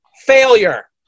failure